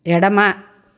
ఎడమ